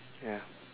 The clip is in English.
ya